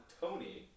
Tony